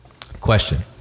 Question